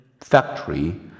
factory